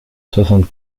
soixante